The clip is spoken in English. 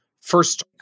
first